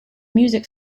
music